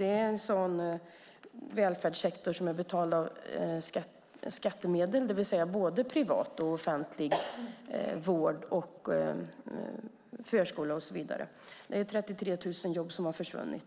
Det är en välfärdssektor som betalas med skattemedel, det vill säga både privat och offentlig vård, förskola och så vidare. Det är alltså 33 000 jobb som har försvunnit.